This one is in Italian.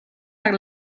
per